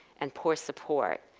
and poor support,